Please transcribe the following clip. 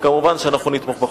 וכמובן אנחנו נתמוך בחוק.